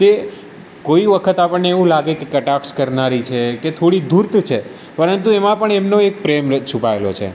તે કોઈ વખત આપણને એવું લાગે કે કટાક્ષ કરનારી છે કે થોડી ધૂર્ત છે પરંતુ એમાં પણ એમનો એક પ્રેમ છુપાયેલો છે